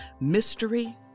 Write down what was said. mystery